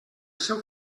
seu